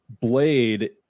Blade